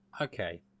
Okay